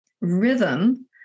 rhythm